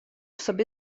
sobie